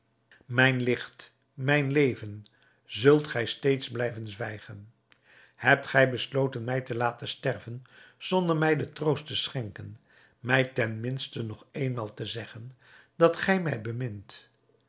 mijn licht mijn leven zult gij steeds blijven zwijgen hebt gij besloten mij te laten sterven zonder mij den troost te schenken mij ten minste nog éénmaal te zeggen dat gij mij bemint